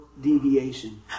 deviation